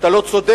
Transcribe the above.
אתה לא צודק,